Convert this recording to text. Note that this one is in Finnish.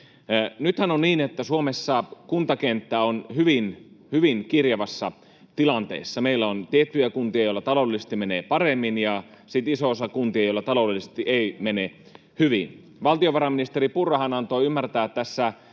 Nythän on niin, että Suomessa kuntakenttä on hyvin kirjavassa tilanteessa. Meillä on tiettyjä kuntia, joilla taloudellisesti menee paremmin, ja sitten iso osa kuntia, joilla taloudellisesti ei mene hyvin. Valtiovarainministeri Purrahan antoi ymmärtää tässä